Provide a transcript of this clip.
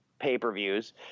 pay-per-views